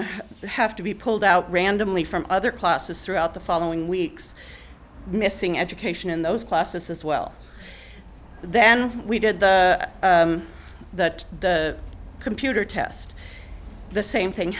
to have to be pulled out randomly from other classes throughout the following weeks missing education in those classes as well then we did that the computer test the same thing